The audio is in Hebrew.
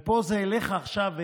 ופה זה אליך עכשיו,